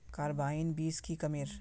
Carbine बीस की कमेर?